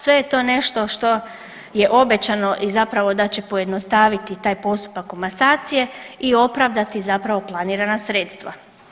Sve je to što je obećano i zapravo da će pojednostaviti taj postupak komasacije i opravdati zapravo planirana sredstva.